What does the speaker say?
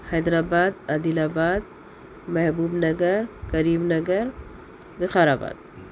حیدر آباد Adilabad Mahbubnagar Karimnagar وقار آباد